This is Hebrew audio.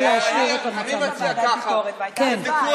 או להשאיר את המצב, אני מציע ככה: תבדקו